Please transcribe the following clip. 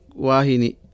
Wahini